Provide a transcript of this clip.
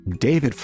David